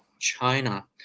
China